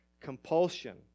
compulsion